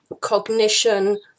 cognition